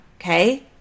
Okay